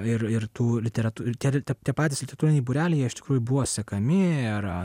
ir ir tų literatū ir tie patys literatūriniai būreliai jie iš tikrųjų buvo sekami ir